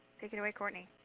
take it away cortney.